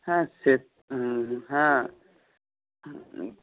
হ্যাঁ সে হ্যাঁ